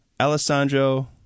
Alessandro